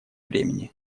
времени